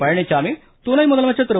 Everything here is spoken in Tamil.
பழனிச்சாமி குணை முதலமைச்சர் திரு